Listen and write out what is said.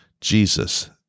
Jesus